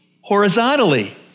horizontally